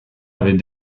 avait